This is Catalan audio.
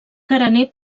carener